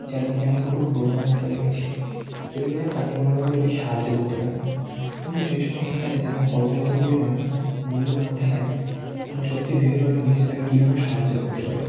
যা দেখে আমার খুবই করুণ অবস্থা লেগেছিলোভেবেছিলাম তাকে কোনওভাবে যদি সাহায্য করতে পারি কিন্তু সেই সময় আমার কাছে তেমন পর্যাপ্ত পরিমাণ মূল্য না থাকায় আমি সত্যিই ভেবে পারিনি যে তাকে কীভাবে সাহায্য করতে পারি